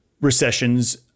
recessions